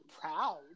proud